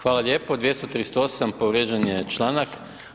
Hvala lijepo, 238., povrijeđen je članak.